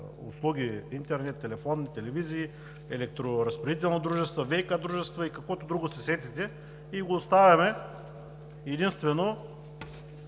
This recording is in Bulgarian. услуги – интернет, телефон, телевизии, електроразпределителни дружества, ВИК-дружества, и каквото друго се сетите, и го оставяме единствено